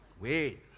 Wait